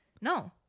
No